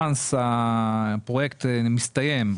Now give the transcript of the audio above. כאשר הפרויקט מסתיים,